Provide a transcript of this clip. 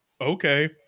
okay